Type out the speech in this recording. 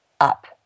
up